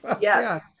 yes